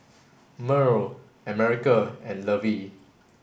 Merl America and Lovey